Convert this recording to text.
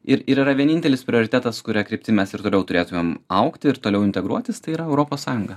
ir yra vienintelis prioritetas kuria kryptim mes ir toliau turėtumėm augti ir toliau integruotis tai yra europos sąjunga